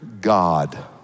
God